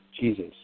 Jesus